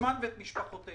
עצמן ואת משפחותיהן.